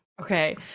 Okay